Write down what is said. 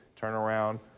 turnaround